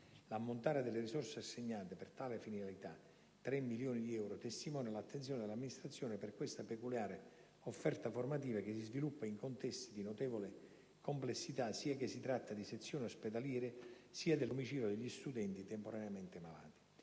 l'ammontare delle risorse assegnate per tali finalità, 3 milioni di euro, testimonia l'attenzione dell'Amministrazione per questa peculiare offerta formativa che si sviluppa in contesti di notevole complessità, sia che si tratti di sezioni ospedaliere, sia del domicilio degli studenti temporaneamente malati.